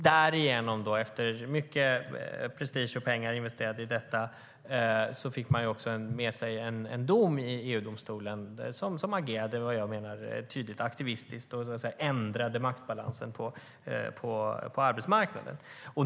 Därigenom, efter mycket prestige och pengar som investerats, fick de med sig en dom från EU-domstolen, som jag menar agerade tydligt aktivistiskt och ändrade maktbalansen på arbetsmarknaden.